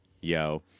yo